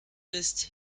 isst